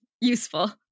Useful